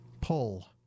pull